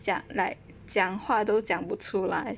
讲 like 讲话都讲不出来